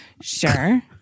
sure